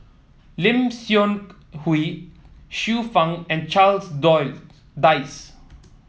Lim Seok Hui Xiu Fang and Charles Dyce